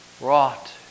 wrought